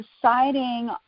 deciding